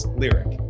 lyric